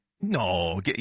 no